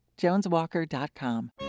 JonesWalker.com